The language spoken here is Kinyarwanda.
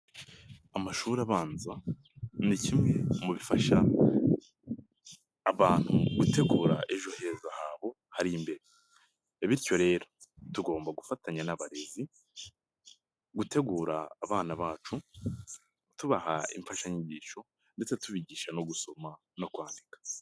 Amashuri abanza ni kimwe mu bifasha abantu gutegura ejo heza habo hari imbere, bityo rero tugomba gufatanya n'abarezi gutegura abana bacu, tubaha imfashanyigisho, ndetse tubigisha no gusoma no kwandika.